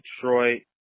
Detroit